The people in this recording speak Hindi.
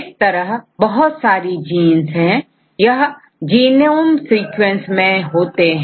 इस तरह बहुत सारी जींस है यह जीनोम सिक्वेंस मैं होते हैं